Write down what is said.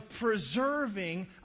preserving